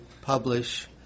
publish